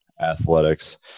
athletics